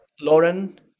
Lauren